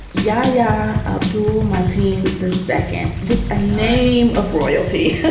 yeah. yeah to my team, the second name of royalty